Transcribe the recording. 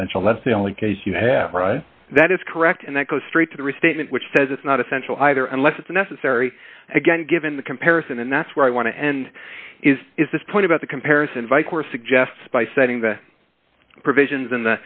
essential that's the only case you have right that is correct and that goes straight to the restatement which says it's not essential either unless it's necessary again given the comparison and that's where i want to end is is this point about the comparison